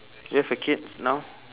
do you have a kids now